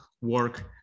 work